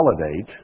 validate